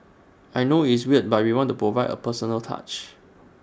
I know it's weird but we want to provide A personal touch